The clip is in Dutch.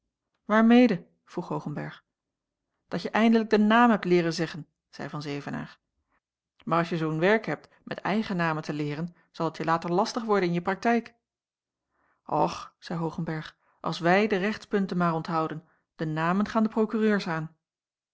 waarmede vroeg hoogenberg dat je eindelijk den naam hebt leeren zeggen zeî van zevenaer maar als je zoo'n werk hebt met eigennamen te leeren zal het je later lastig worden in je praktijk och zeî hoogenberg als wij de rechtspunten maar onthouden de namen gaan de prokureurs aan